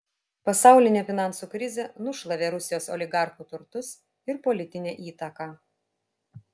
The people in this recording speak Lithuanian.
pasaulinė finansų krizė nušlavė rusijos oligarchų turtus ir politinę įtaką